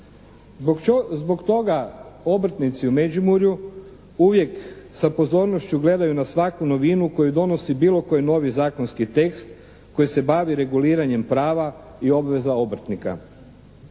Zbog toga obrtnici u Međimurju uvijek sa pozornošću gledaju na svaku novinu koju donosi bilo koji novi zakonski tekst koji se bavi reguliranjem prava i obveza obrtnika.